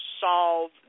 solve